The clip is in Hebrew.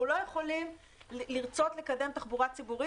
אנחנו לא יכולים לרצות לקדם תחבורה ציבורית